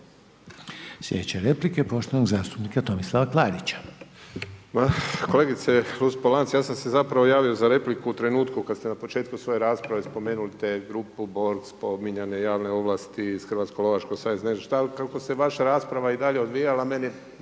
Sljedeća replika je poštovanog zastupnika Tomislava Klarića. **Klarić, Tomislav (HDZ)** Kolegice Luc-Polanc, ja sam se zapravo javio za repliku u trenutku kad ste na početku svoje rasprave spomenuli te grupu Borg, spominjane javne ovlasti Hrvatskog lovačkog saveza. Ne znam što. Ali kako se vaša rasprava i dalje odvijala meni